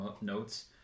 notes